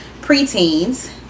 preteens